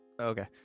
Okay